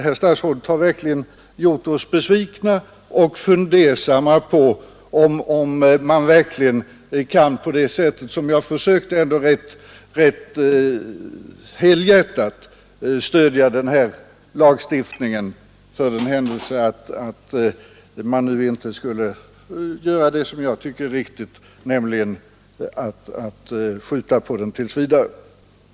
Herr statsrådet har verkligen gjort oss besvikna och fundersamma på om man kan stödja den här lagstiftningen, som jag ändå ganska helhjärtat har försökt — om man nu inte kan göra det som jag tycker är riktigast, Nr 105 nämligen att skjuta på den tills vidare.